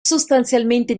sostanzialmente